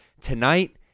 Tonight